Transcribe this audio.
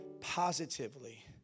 positively